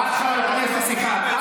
עודה הורשע, תודה רבה.